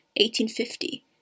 1850